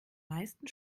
meisten